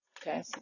okay